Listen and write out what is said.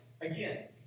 again